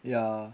ya